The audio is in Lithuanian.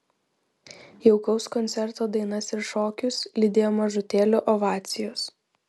jaukaus koncerto dainas ir šokius lydėjo mažutėlių ovacijos